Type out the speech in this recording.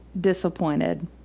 disappointed